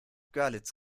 görlitz